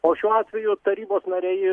o šiuo atveju tarybos nariai